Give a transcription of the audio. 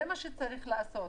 זה מה שצריך לעשות.